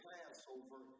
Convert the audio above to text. Passover